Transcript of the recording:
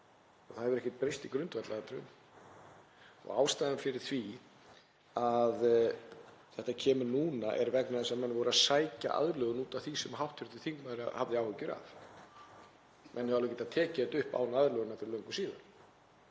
það hefur ekkert breyst í grundvallaratriðum. Ástæðan fyrir því að þetta kemur núna er að menn voru að sækja um aðlögun út af því sem hv. þingmaður hafði áhyggjur af. Menn hefðu alveg getað tekið þetta upp án aðlögunar fyrir löngu síðan.